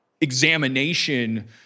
examination